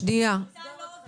השיטה לא עובדת,